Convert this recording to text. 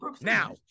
Now